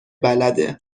بلده